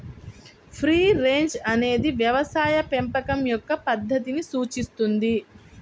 free range అనేది వ్యవసాయ పెంపకం యొక్క పద్ధతిని సూచిస్తుంది